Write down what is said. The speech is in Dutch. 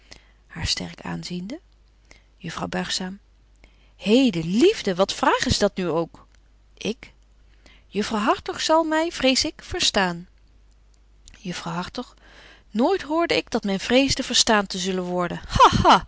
juffrouw buigzaam heden liefde wat vraag is dit nu ook ik juffrouw hartog zal my vrees ik verstaan betje wolff en aagje deken historie van mejuffrouw sara burgerhart juffrouw hartog nooit hoorde ik dat men vreesde verstaan te zullen worden